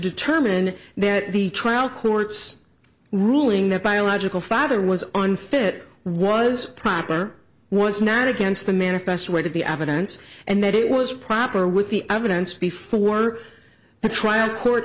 determine that the trial court's ruling that biological father was on fit was proper was not against the manifest right of the avodah aunts and that it was proper with the evidence before the trial court